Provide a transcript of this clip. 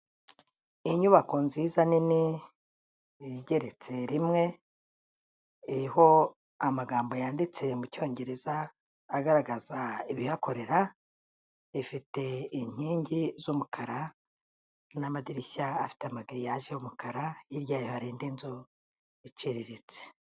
Inyubako nziza nini igeretse rimwe, iriho amagambo yanditse mu cyongereza agaragaza ibihakorera, ifite inkingi z'umukara n'amadirishya afite amagiriyaje y'umukara, hirya yayo hari indi nzu iciriritse.